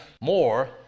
more